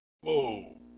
Whoa